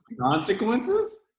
consequences